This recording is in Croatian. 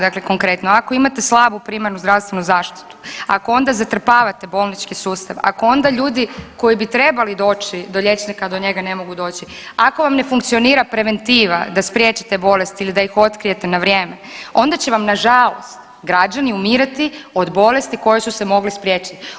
Dakle, konkretno ako imate slabu primarnu zdravstvenu zaštitu, ako onda zatrpavate bolnički sustav, ako onda ljudi koji bi trebali doći do liječnika do njega ne mogu doći, ako vam ne funkcionira preventiva da spriječite bolesti ili da ih otkrijete na vrijeme onda će vam nažalost građani umirati od bolesti koje su se mogle spriječiti.